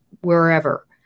wherever